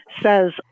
says